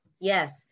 Yes